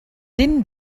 din